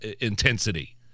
intensity